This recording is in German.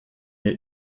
mir